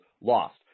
lost